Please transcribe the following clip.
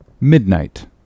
Midnight